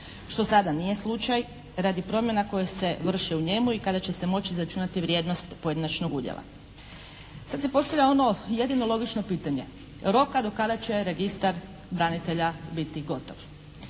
što sada nije slučaj radi promjena koje se vrše u njemu. I kada će se moći izračunati vrijednost pojedinačnog udjela. Sad se postavlja ono jedino logično pitanje roka do kada će registar branitelja biti gotov?